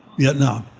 vietnam.